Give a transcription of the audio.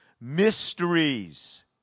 mysteries